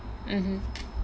mmhmm